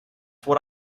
what